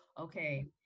okay